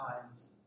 times